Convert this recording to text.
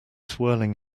swirling